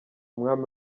umwami